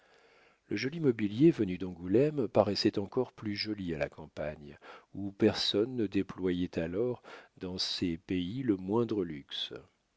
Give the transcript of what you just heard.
le joli mobilier venu d'angoulême paraissait encore plus joli à la campagne où personne ne déployait alors dans ces pays le moindre luxe